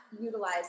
utilize